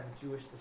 Jewish